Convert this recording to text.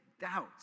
doubts